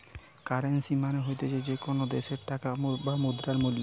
currency মানে হতিছে যে কোনো দ্যাশের টাকার বা মুদ্রার মূল্য